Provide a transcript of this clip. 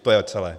To je celé.